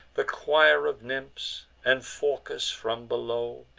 the choir of nymphs, and phorcus, from below,